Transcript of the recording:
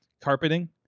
carpeting